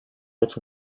oczu